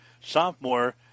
sophomore